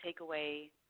takeaway